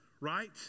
Right